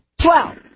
twelve